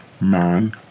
man